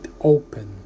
open